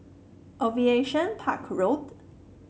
Aviation Park Road